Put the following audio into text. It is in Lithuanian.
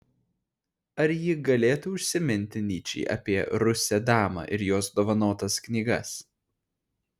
ar ji galėtų užsiminti nyčei apie rusę damą ir jos dovanotas knygas